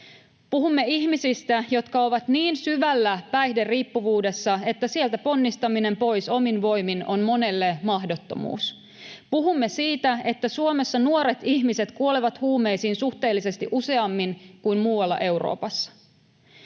Puhumme ihmisistä, jotka ovat niin syvällä päihderiippuvuudessa, että sieltä ponnistaminen pois omin voimin on monelle mahdottomuus. Puhumme siitä, että Suomessa nuoret ihmiset kuolevat huumeisiin suhteellisesti useammin kuin muualla Euroopassa.